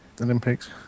Olympics